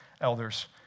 elders